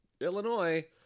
Illinois